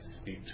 speak